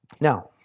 Now